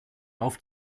auf